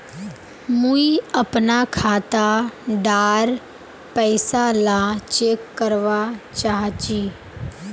मुई अपना खाता डार पैसा ला चेक करवा चाहची?